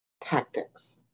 tactics